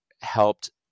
helped